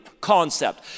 concept